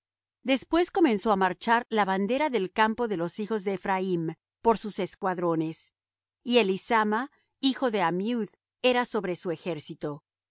después comenzó á marchar la bandera del campo de los hijos de ephraim por sus escuadrones y elisama hijo de ammiud era sobre su ejército